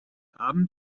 abend